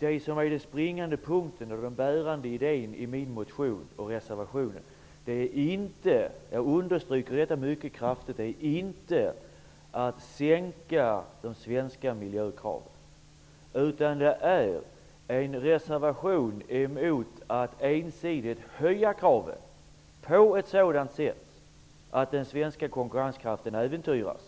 den springande punkten och den bärande idén i min motion och i reservationen -- jag understryker detta mycket kraftigt -- inte är att sänka de svenska miljökraven, utan det är en reservation emot att ensidigt höja kraven på ett sådant sätt att den svenska konkurrenskraften äventyras.